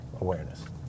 awareness